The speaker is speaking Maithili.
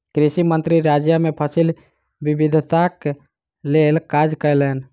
कृषि मंत्री राज्य मे फसिल विविधताक लेल काज कयलैन